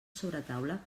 sobretaula